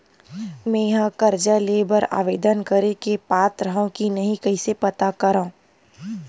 मेंहा कर्जा ले बर आवेदन करे के पात्र हव की नहीं कइसे पता करव?